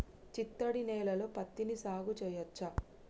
చిత్తడి నేలలో పత్తిని సాగు చేయచ్చా?